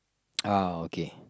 ah okay